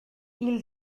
ils